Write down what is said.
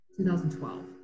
2012